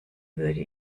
würde